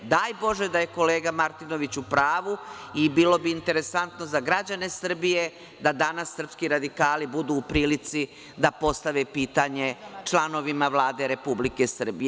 Daj Bože da je kolega Martinović u pravu i bilo bi interesantno za građane Srbije da danas srpski radikali budu u prilici da postave pitanje članovima Vlade Republike Srbije.